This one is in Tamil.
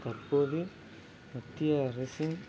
தற்போது மத்திய அரசின்